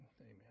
Amen